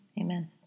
amen